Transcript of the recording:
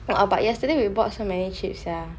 err but yesterday we bought so many chips sia